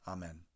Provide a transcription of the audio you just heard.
Amen